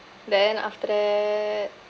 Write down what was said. then after that